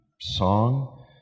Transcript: song